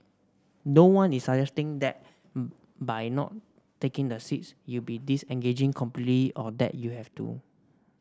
no one is suggesting that by not taking the seats you'd be disengaging completely or that you have to